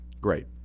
Great